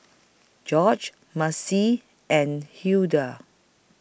Gorge Marci and Hulda